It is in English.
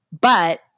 but-